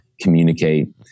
communicate